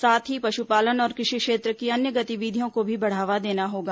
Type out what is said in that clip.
साथ ही पशुपालन और कृषि क्षेत्र की अन्य गतिविधियों को भी बढ़ावा देना होगा